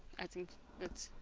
i think it's.